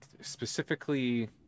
specifically